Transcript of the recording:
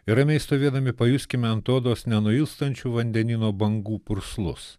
ir ramiai stovėdami pajuskime ant odos nenuilstančių vandenyno bangų purslus